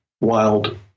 wild